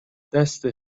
دست